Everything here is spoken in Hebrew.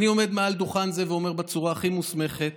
אני עומד מעל דוכן זה ואומר בצורה הכי מוסמכת